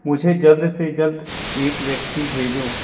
मुझे जल्द से जल्द एक व्यक्ति भेजो